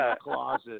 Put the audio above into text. closet